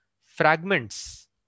fragments